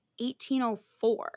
1804